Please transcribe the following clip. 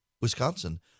Wisconsin